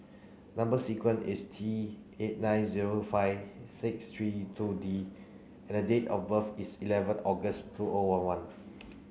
number sequence is T eight nine zero five six three two D and date of birth is eleven August two O one one